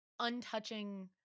untouching